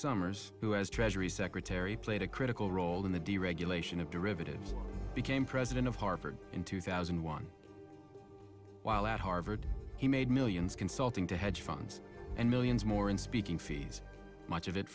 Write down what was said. summers who as treasury secretary played a critical role in the deregulation of derivatives became president of harvard in two thousand and one while at harvard he made millions consulting to hedge funds and millions more in speaking fees much of it